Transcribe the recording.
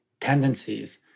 tendencies